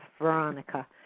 Veronica